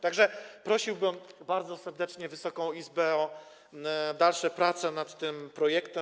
Tak że prosiłbym bardzo serdecznie Wysoką Izbę o dalsze prace nad tym projektem.